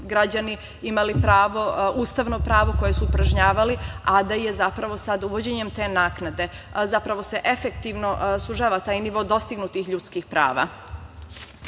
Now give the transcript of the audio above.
imali pravo, ustavno pravo, koje su upražnjavali a da je zapravo sad uvođenjem te naknade, zapravo se efektivno sužava taj nivo dostignutih ljudskih prava. Ako